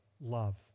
love